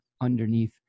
underneath